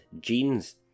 genes